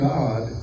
God